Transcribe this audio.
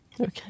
Okay